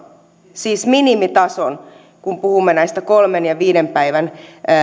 siis minimitason kun puhumme näistä kolme ja viiden päivän